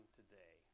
today